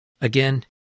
Again